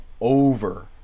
over